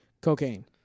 Cocaine